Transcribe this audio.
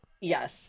Yes